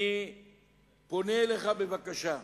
אני פונה אליך בבקשה,